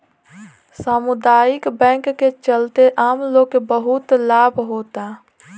सामुदायिक बैंक के चलते आम लोग के बहुत लाभ होता